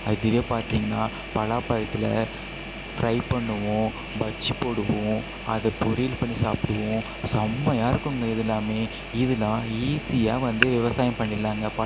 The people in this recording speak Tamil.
அதையே பார்த்தீங்கன்னா பலாப்பழத்தில் ஃப்ரை பண்ணுவோம் பஜ்ஜி போடுவோம் அதை பொரியல் பண்ணி சாப்பிடுவோம் செம்மையாக இருக்குங்க இதெல்லாமே இதெல்லாம் ஈஸியாக வந்து விவசாயம் பண்ணிடலாங்க